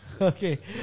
Okay